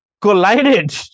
Collided